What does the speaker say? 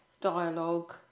dialogue